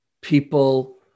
People